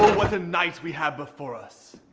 what a night we have before us.